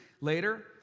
later